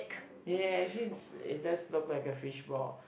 ya actually it's it does look like a fish ball